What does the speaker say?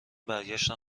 برگشتن